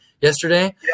yesterday